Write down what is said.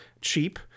cheap